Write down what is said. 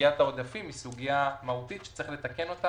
סוגיית העודפים היא סוגיה מהותית שצריך לתקן,